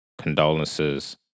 Condolences